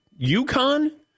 UConn